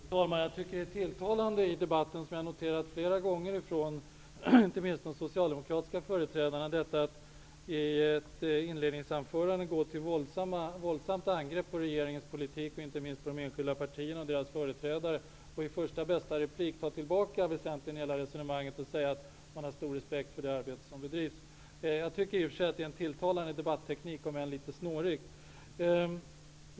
Fru talman! Tilltalande i debatten är -- och det har jag noterat flera gånger, inte minst från socialdemokratiska företrädare -- att man i inledningsanförandet går till våldsamt angrepp mot regeringens politik, inte minst mot de enskilda partierna i regeringen och deras företrädare, för att sedan vid första bästa tillfälle i en replik väsentligen ta tillbaka vad som sagts och framhålla att man har stor respekt för det arbete som bedrivs. Jag tycker i och för sig, som sagt, att det är en tilltalande debatteknik -- om än litet snårig.